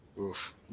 Oof